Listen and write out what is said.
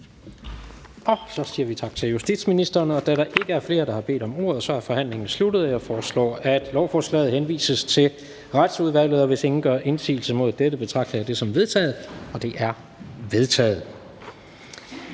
Og så siger vi tak til justitsministeren. Da der ikke er flere, der har bedt om ordet, er forhandlingen sluttet. Jeg foreslår, at lovforslaget henvises til Retsudvalget. Hvis ingen gør indsigelse mod dette, betragter jeg det som vedtaget. Det er vedtaget.